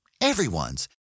Everyone's